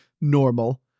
normal